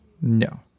no